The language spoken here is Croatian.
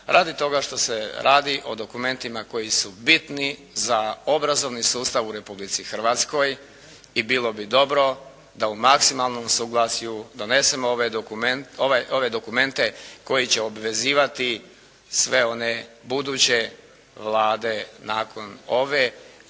radi toga što se radi o dokumentima koji su bitni za obrazovni sustav u Republici Hrvatskoj i bilo bi dobro da u maksimalnom suglasju donesemo ove dokumente koji će obvezivati sve one buduće Vlade nakon ove,